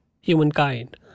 humankind